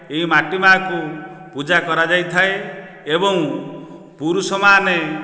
ଏହି ମାଟି ମା'କୁ ପୂଜା କରାଯାଇଥାଏ ଏବଂ ପୁରୁଷମାନେ